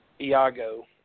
Iago